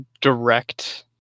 direct